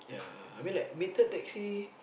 ya I mean like metered taxi